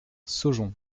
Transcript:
saujon